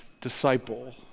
disciple